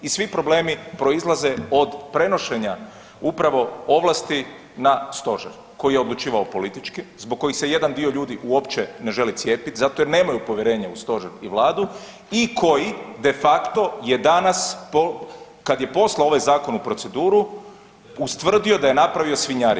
I svi problemi proizlaze od prenošenja upravo ovlasti na Stožer koji je odlučivao politički, zbog kojih se jedan dio ljudi uopće ne želi cijepiti zato jer nemaju povjerenja u Stožer i Vladu i koji de facto je danas kad je poslao ovaj zakon u proceduru, ustvrdio da je napravio svinjariju.